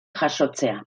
jasotzea